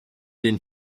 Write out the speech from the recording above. denn